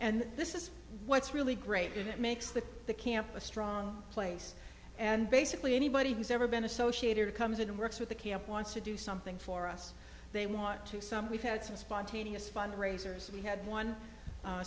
and this is what's really great it makes the camp a strong place and basically anybody who's ever been associated comes and works with the camp wants to do something for us they want to some we've had some spontaneous fundraisers we had one